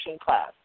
class